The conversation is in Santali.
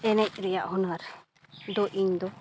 ᱮᱱᱮᱡᱽ ᱨᱮᱭᱟᱜ ᱦᱩᱱᱟᱹᱨ ᱫᱚ ᱤᱧ ᱫᱚ